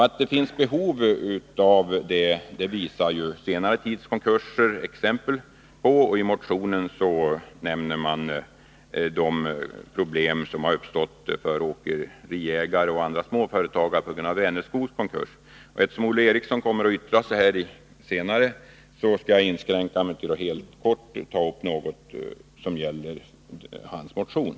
Att det finns behov av ett sådant skydd är senare tids konkurser exempel på, och i motionen nämner man de problem som har uppstått för åkeriägare och andra småföretagare på grund av Vänerskogs konkurs. Eftersom Olle Eriksson senare kommer att yttra sig vill jag inskränka mig till att helt kort ta upp hans motion.